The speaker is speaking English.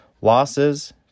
Losses